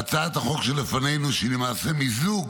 בהצעת החוק שלפנינו, שהיא למעשה מיזוג